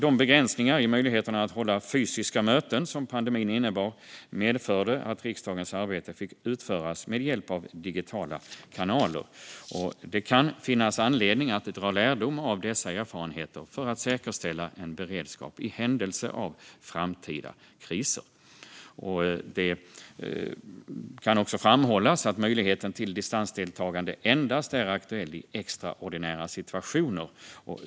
De begränsningar i möjligheterna att hålla fysiska möten som pandemin innebar medförde att riksdagens arbete fick utföras med hjälp av digitala kanaler. Det kan finnas anledning att dra lärdom av dessa erfarenheter för att säkerställa en beredskap i händelse av framtida kriser. Det kan framhållas att möjligheten till distansdeltagande endast är aktuell i extraordinära situationer.